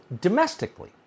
domestically